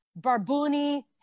Barbuni